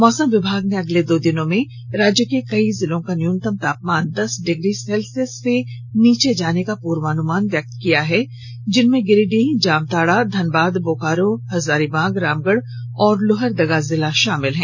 मौसम विभाग ने अगले दो दिनो में राज्य के कई जिलों का न्यूनतम तापमान दस डिग्री सेल्सियस से नीचे जाने का पुर्वानुमान व्यक्त किया है जिनमें गिरिडीह जामताड़ा धनबाद बोकारो हजारीबाग रामगढ़ और लोहरदगा जिला शामिल है